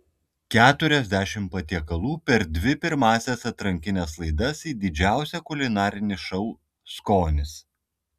keturiasdešimt patiekalų per dvi pirmąsias atrankines laidas į didžiausią kulinarinį šou skonis